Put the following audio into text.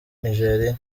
nigeria